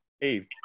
Hey